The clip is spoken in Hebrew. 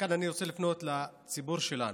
מכאן אני רוצה לפנות לציבור שלנו,